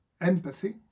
empathy